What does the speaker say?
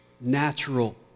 natural